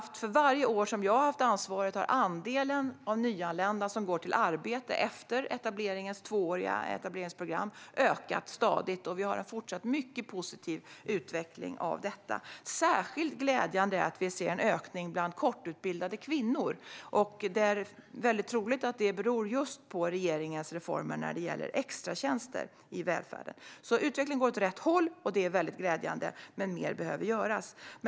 För varje år som jag har haft ansvaret har andelen nyanlända som går till arbete efter det tvååriga etableringsprogrammet ökat stadigt, och vi fortsätter att ha en mycket positiv utveckling här. Särskilt glädjande är att vi ser en ökning bland kortutbildade kvinnor, och det är troligt att det beror just på regeringens reformer för extratjänster i välfärden. Utvecklingen går alltså åt rätt håll, vilket är mycket glädjande, men mer behöver göras.